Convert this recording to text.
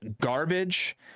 garbage